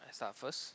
I start first